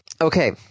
Okay